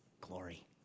glory